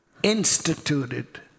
Instituted